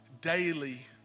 daily